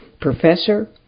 professor